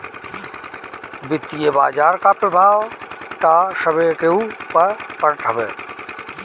वित्तीय बाजार कअ प्रभाव तअ सभे केहू पअ पड़त हवे